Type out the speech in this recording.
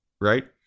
right